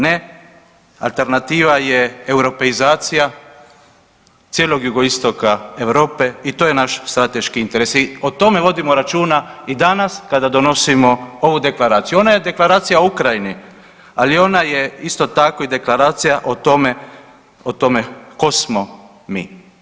Ne, alternativa je europeizacija cijelog jugoistoka Europe i to je naš strateški interes i o tome vodimo računa i danas kada donosimo ovu deklaraciju, ona je Deklaracija o Ukrajini, ali ona je isto tako i deklaracija o tome, o tome ko smo mi.